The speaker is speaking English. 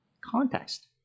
context